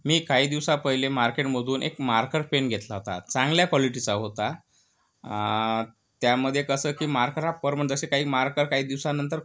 मी काही दिवसा पहिले मार्केटमधून एक मार्कर पेन घेतला होता चांगल्या क्वालिटीचा होता त्यामध्ये कसं की मार्कर हा परमन जसे काही मार्कर काही दिवसानंतर